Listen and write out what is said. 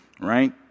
right